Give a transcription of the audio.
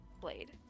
blade